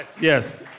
yes